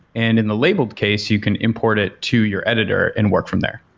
and in the labeled case, you can import it to your editor and work from there.